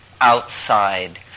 outside